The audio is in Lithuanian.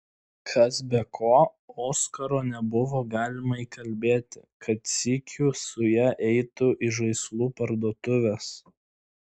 kas be ko oskaro nebuvo galima įkalbėti kad sykiu su ja eitų į žaislų parduotuves